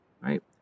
right